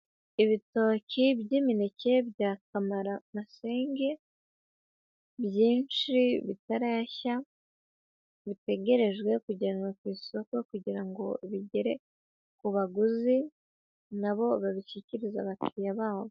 Ibitoki by'imineke bya kamaramasenge byinshi bitarashya, bitegerejwe kujyanwa ku isoko kugira ngo bigere ku baguzi na bo babishyikirize abakiriya babo.